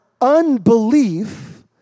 unbelief